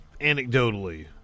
anecdotally